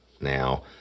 Now